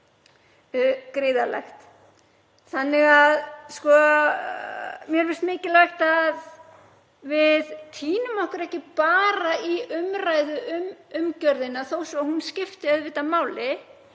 Þannig að mér finnst mikilvægt að við týnum okkur ekki bara í umræðu um umgjörðina þó svo að hún skipti auðvitað máli.